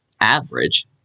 average